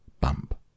bump